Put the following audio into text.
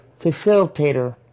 facilitator